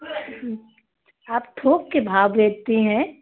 आप थोक के भाव बेचती हैं